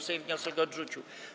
Sejm wniosek odrzucił.